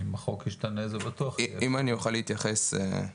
אם אני אוכל להתייחס,